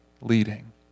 leading